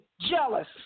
jealous